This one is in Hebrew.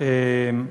נא לסיים.